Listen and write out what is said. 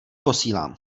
posílám